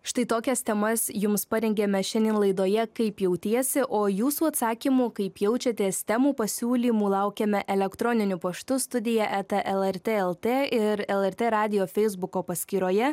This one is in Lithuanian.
štai tokias temas jums parengėme šiandien laidoje kaip jautiesi o jūsų atsakymų kaip jaučiatės temų pasiūlymų laukiame elektroniniu paštu studija eta lrt lt ir lrt radijo feisbuko paskyroje